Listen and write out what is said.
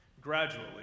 gradually